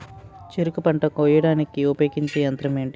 చెరుకు పంట కోయడానికి ఉపయోగించే యంత్రం ఎంటి?